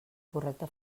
correcte